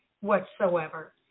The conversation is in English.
whatsoever